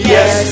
Yes